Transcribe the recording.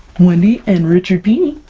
wendy and richard pini!